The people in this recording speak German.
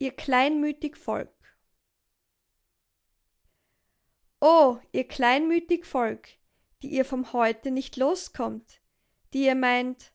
ihr kleinmütig volk o ihr kleinmütig volk die ihr vom heute nicht loskommt die ihr meint